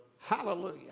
Hallelujah